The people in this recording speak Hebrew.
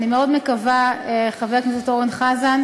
אני מאוד מקווה, חבר הכנסת אורן חזן,